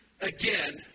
again